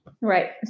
Right